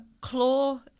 Claw